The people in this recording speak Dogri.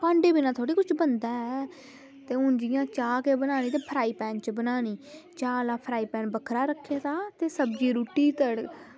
भांडे बिना थोह्ड़े किश बनदा ऐ ते हून जियां चाह् गै बनानी ते फ्राईपेन च बनानी चाह् आह्ला फ्राईपेन बक्खरा रक्खे दा ते सब्ज़ी रुट्टी